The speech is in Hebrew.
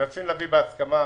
מנסים להביא בהסכמה,